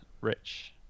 Rich